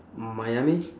miami